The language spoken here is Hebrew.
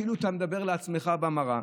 כאילו אתה מדבר לעצמך במראה.